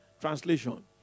translation